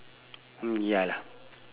mm ya lah